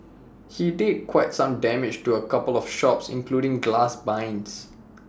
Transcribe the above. he did quite some damage to A couple of shops including glass blinds